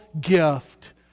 gift